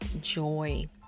joy